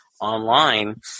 online